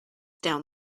down